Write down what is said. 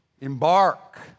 embark